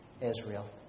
Israel